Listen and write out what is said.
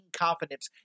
confidence